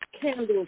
candles